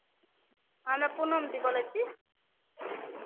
हमें पूनम दीदी बोलै छी